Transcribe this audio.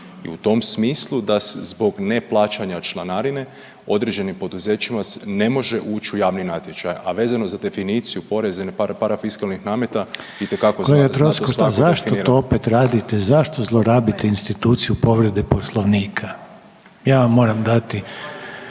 I u tom smislu da zbog neplaćanja članarine određenim poduzećima ne može uć u javni natječaj. A vezano za definiciju poreza i parafiskalnih nameta itekako …/Govornici govore u isto vrijeme./… **Reiner, Željko (HDZ)** Kolega Troskot zašto to opet radite, zašto zlorabite instituciju povrede Poslovnika? Ja vam moram dati